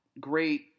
great